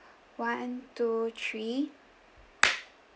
one two three